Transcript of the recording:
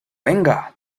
venga